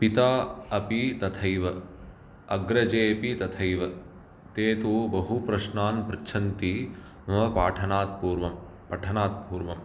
पिता अपि तथैव अग्रजेपि तथैव ते तु बहुप्रश्नान् पृच्छन्ति मम पाठनात् पूर्वं पठनात् पूर्वम्